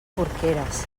porqueres